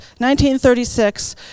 1936